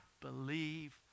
believe